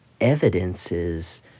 evidences